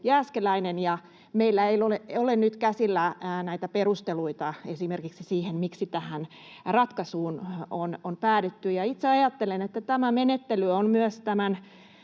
Jääskeläinen. Meillä ei ole nyt käsillä näitä perusteluita esimerkiksi siihen, miksi tähän ratkaisuun on päädytty. Itse ajattelen, että tämä menettely on myös näiden